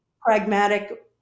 pragmatic